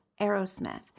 Aerosmith